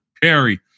Perry